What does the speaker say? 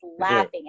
laughing